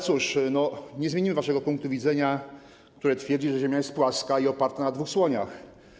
Cóż, nie zmienimy waszego punktu widzenia, skoro twierdzicie, że Ziemia jest płaska i oparta na dwóch słoniach.